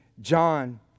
John